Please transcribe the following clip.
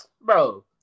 bro